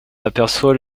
aperçoit